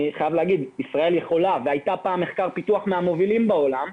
ישראל הייתה פעם מחקר ופיתוח בנושא מהמובילים בעולם,